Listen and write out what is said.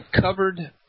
covered